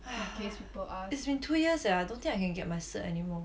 !hais! it's been two years eh I don't think I can get my cert anymore